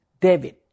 David